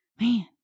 Man